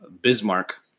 Bismarck